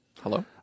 Hello